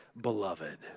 beloved